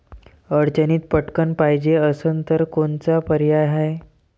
अडचणीत पटकण पायजे असन तर कोनचा पर्याय हाय?